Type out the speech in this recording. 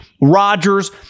Rodgers